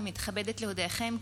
הינני מתכבדת להודיעכם,